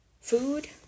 Food